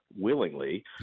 willingly